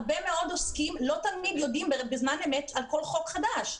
הרבה מאוד עוסקים לא תמיד יודעים בזמן אמת על כל חוק חדש.